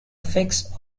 fix